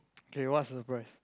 K what surprise